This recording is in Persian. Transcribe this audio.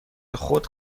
خود